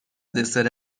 دسر